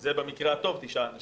זה הטוב תשעה אנשים,